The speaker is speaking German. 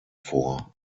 vor